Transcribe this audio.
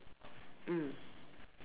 mm